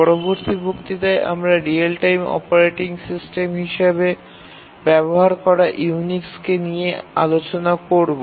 পরবর্তী বক্তৃতায় আমরা রিয়েল টাইম অপারেটিং সিস্টেম হিসাবে ব্যবহার করা ইউনিক্সকে নিয়ে আলোচনা করব